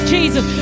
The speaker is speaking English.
Jesus